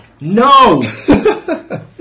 No